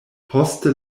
poste